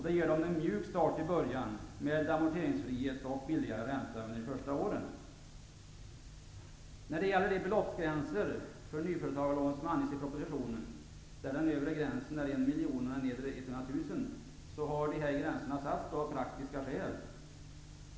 De ger en mjuk start med amorteringsfrihet och lägre ränta under de första åren. De beloppsgränser för nyföretagarlånen som anges i propositionen -- den övre gränsen är 1 miljon och den nedre 100 000 kr -- har satts av praktiska skäl.